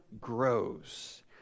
grows